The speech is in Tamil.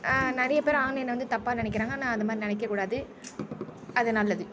நிறைய பேர் ஆன்லைனை வந்து தப்பாக நினைக்கிறாங்க ஆனால் அந்தமாதிரி நினைக்ககூடாது அது நல்லது